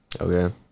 Okay